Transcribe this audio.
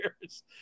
years